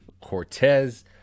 cortez